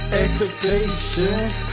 expectations